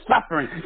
suffering